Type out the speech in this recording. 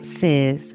says